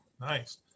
nice